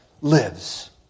lives